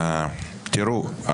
תראו,